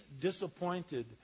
disappointed